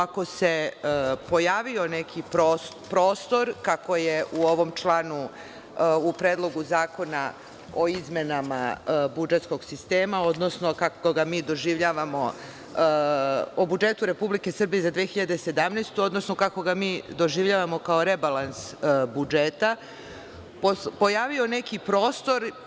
Ako se pojavio neki prostor, kako je u ovom članu, u Predlogu zakona o izmenama budžetskog sistema, odnosno kako ga mi doživljavamo, o budžetu Republike Srbije za 2017. godinu, odnosno kako ga mi doživljavamo kao rebalans budžeta, pojavio neki prostor.